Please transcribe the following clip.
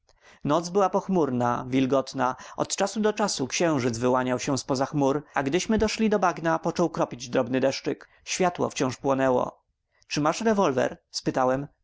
noc była pochmurna wilgotna od czasu do czasu księżyc wyłaniał się z po za chmur a gdyśmy doszli do bagna począł kropić drobny deszczyk światło wciąż płonęło czy masz rewolwer spytałem